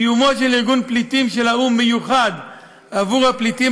קיומו של ארגון פליטים של האו"ם מיוחד עבור הפליטים